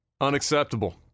Unacceptable